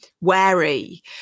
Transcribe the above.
wary